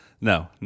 no